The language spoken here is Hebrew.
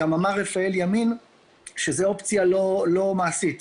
רפאל ימין גם אמר שזאת אופציה לא מעשית.